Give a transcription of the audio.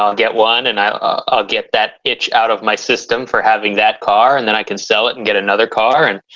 get one, and i'll get that itch out of my system for having that car and then i can sell it and get another car. and